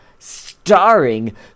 starring